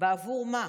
בעבור מה?